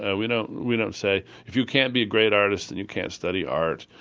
and we you know we don't say, if you can't be a great artist then you can't study art.